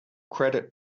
credit